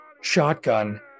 shotgun